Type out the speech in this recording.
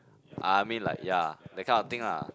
I mean like ya that kind of thing lah